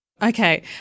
Okay